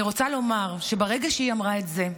אני רוצה לומר שברגע שהיא אמרה את זה,